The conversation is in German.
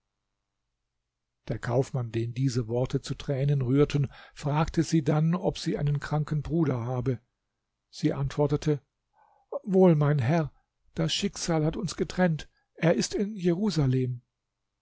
der kaufmann den diese worte zu tränen rührten fragte sie dann ob sie einen kranken bruder habe sie antwortete wohl mein herr das schicksal hat uns getrennt er ist in jerusalem